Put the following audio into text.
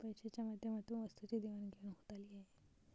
पैशाच्या माध्यमातून वस्तूंची देवाणघेवाण होत आली आहे